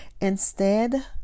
Instead